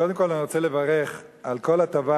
קודם כול אני רוצה לברך על כל הטבה